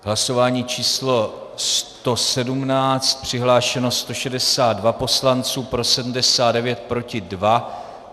Hlasování číslo 117, přihlášeno 162 poslanců, pro 79, proti 2.